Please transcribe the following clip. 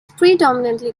predominantly